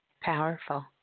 Powerful